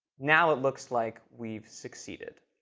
now it looks like we've succeeded.